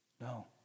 No